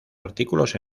artículos